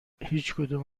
هیچکدوم